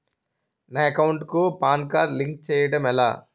నా అకౌంట్ కు PAN card link చేయడం ఎలా?